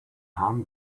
harm